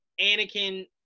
Anakin